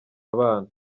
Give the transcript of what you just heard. abana